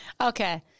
Okay